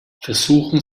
versuchen